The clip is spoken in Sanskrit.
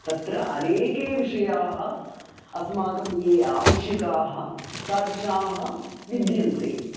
तत्र अनेके विषयाः अस्माकं ये आवश्यकाः तादृशाः विद्यन्ते